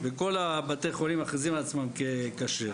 בכל בתי החולים מכריזים על עצמם ככשר.